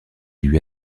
lui